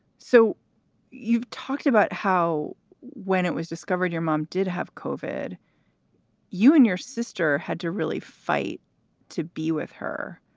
so you've talked about how when it was discovered your mom did have covered you and your sister had to really fight to be with her.